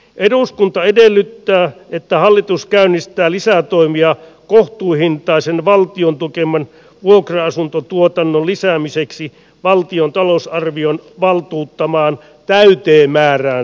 eduskunta edellyttää että hallitus käynnistää lisätoimia kohtuuhintaisen valtion tukeman vuokra asuntotuotannon lisäämiseksi valtion talousarvion valtuuttamaan täyteen määrään saakka